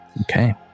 okay